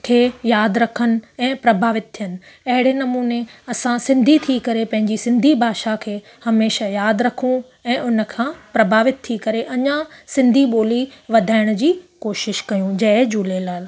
खे यादि रखनि ऐं प्रभावित थियण अहिड़े नमूने असां सिंधी थी करे पंहिंजी सिंधी भाषा खे हमेशह यादि रखूं ऐं उनखां प्रभावित थी करे अञां सिंधी ॿोली वधाइण जी कोशिशि कयूं जय झूलेलाल